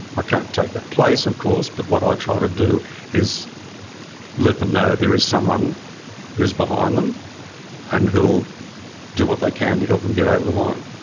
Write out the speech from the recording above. ah can't take that place, of course, but what i try to do is let them know that there is someone who's behind them and will do what they can to help them get over the line.